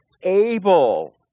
able